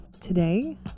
Today